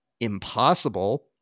impossible